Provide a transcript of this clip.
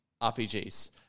RPGs